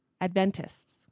adventists